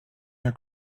her